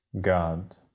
God